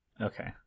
okay